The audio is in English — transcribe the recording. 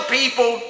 people